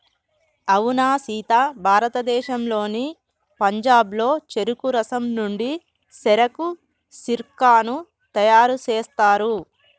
అవునా సీత భారతదేశంలోని పంజాబ్లో చెరుకు రసం నుండి సెరకు సిర్కాను తయారు సేస్తారు